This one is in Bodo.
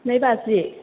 नै बाजि